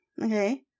Okay